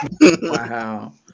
Wow